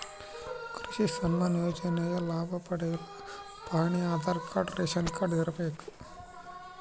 ಕೃಷಿ ಸನ್ಮಾನ್ ಯೋಜನೆಯ ಲಾಭ ಪಡೆಯಲು ಪಹಣಿ ಆಧಾರ್ ಕಾರ್ಡ್ ರೇಷನ್ ಕಾರ್ಡ್ ಇರಬೇಕು